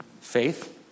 faith